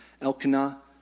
Elkanah